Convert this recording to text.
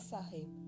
Sahib